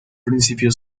principio